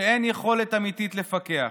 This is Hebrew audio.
שאין יכולת אמיתית לפקח.